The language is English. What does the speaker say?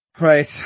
Right